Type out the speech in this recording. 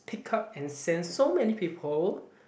pick up and send so many people